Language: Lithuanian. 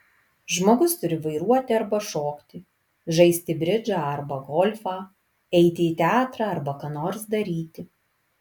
žmogus turi vairuoti arba šokti žaisti bridžą arba golfą eiti į teatrą arba ką nors daryti